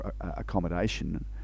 accommodation